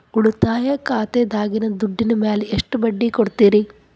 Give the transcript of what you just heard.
ಉಳಿತಾಯ ಖಾತೆದಾಗಿನ ದುಡ್ಡಿನ ಮ್ಯಾಲೆ ಎಷ್ಟ ಬಡ್ಡಿ ಕೊಡ್ತಿರಿ?